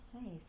Nice